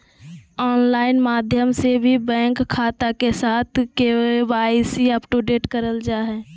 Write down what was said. online माध्यम से भी बैंक खाता के साथ के.वाई.सी अपडेट करल जा हय